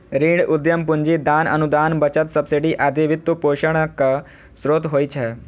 ऋण, उद्यम पूंजी, दान, अनुदान, बचत, सब्सिडी आदि वित्तपोषणक स्रोत होइ छै